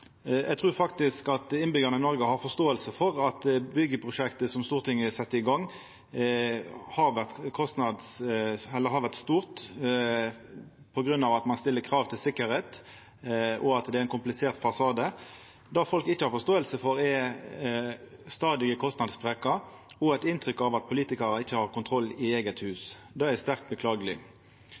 Eg trur faktisk at innbyggjarane i Noreg har forståing for at byggjeprosjektet som Stortinget sette i gang, har vore stort på grunn av at ein stiller krav til sikkerheit, og at det er ein komplisert fasade. Det folk ikkje har forståing for, er stadige kostnadssprekkar og eit inntrykk av at politikarane ikkje har kontroll i eige hus. Det er sterkt beklageleg.